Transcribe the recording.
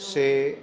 से